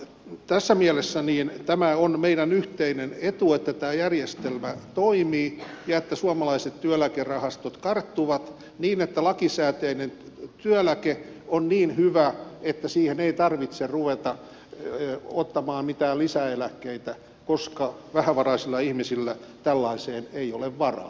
tässä mielessä tämä on meidän yhteinen etu että tämä järjestelmä toimii ja että suomalaiset työeläkerahastot karttuvat niin että lakisääteinen työeläke on niin hyvä että siihen ei tarvitse ruveta ottamaan mitään lisäeläkkeitä koska vähävaraisilla ihmisillä tällaiseen ei ole varaa pienipalkkaisilla ihmisillä